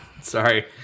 Sorry